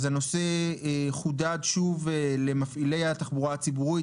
הנושא חודד שוב למפעילי התחבורה הציבורית,